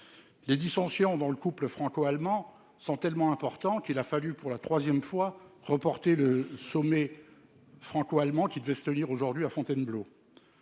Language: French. les dissensions dans le couple franco-allemand sont tellement importants qu'il a fallu pour la 3ème fois reporté le sommet franco- allemand qui devait se tenir aujourd'hui à Fontainebleau,